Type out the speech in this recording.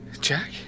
Jack